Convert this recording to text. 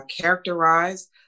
characterize